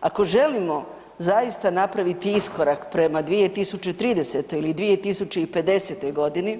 Ako želimo zaista napraviti iskorak prema 2030. ili 2050. godini